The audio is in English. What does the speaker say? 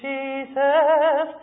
Jesus